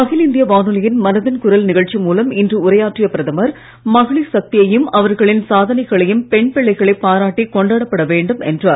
அகில இந்திய வானொலியின் மனதின் குரல் நிகழ்ச்சி மூலம் இன்று உரையாற்றிய பிரதமர் மகளிர் சக்தியையும் அவர்களின் சாதனைகளையும் பெண் பிள்ளைகளைப் பாராட்டி கொண்டாடப்பட வேண்டும் என்றார்